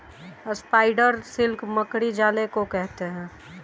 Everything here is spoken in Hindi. स्पाइडर सिल्क मकड़ी जाले को कहते हैं